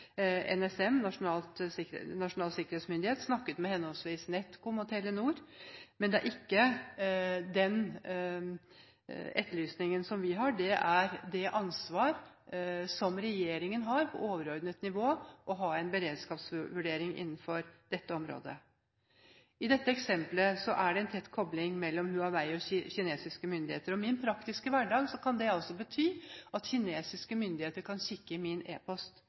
Vi etterlyser det ansvaret som regjeringen har på overordnet nivå, for å ha en beredskapsvurdering innenfor dette området. I dette eksemplet er det en tett kobling mellom Huawei og kinesiske myndigheter, og i min praktiske hverdag kan det altså bety at kinesiske myndigheter kan kikke i min